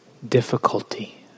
Difficulty